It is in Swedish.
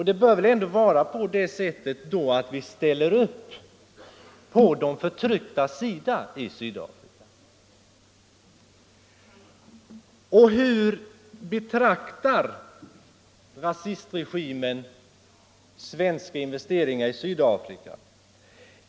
Då bör vi väl också ställa oss på de förtrycktas sida i Sydafrika. Och hur betraktar rasistregimen svenska investeringar i Sydafrika?